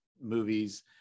movies